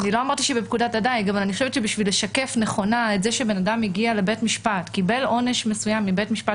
אני חושבת שאם בן אדם הגיע לבית משפט וקיבל עונש מסוים מבית משפט,